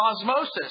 osmosis